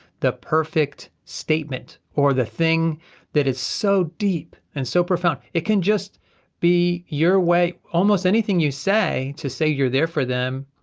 the perfect statement or the thing that is so deep and so profound. it can just be your way, almost anything you say, to say you're there for them,